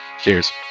Cheers